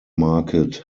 market